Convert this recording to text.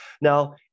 Now